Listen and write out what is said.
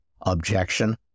objection